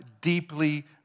deeply